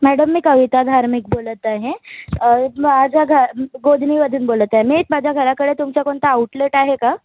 madam मी कविता धार्मिक बोलत आहे माझं घ गोधनीमधून बोलत आहे मी माझ्या घराकडे तुमचं कोणतं आउटलेट आहे का